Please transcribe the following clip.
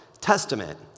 Testament